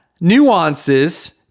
nuances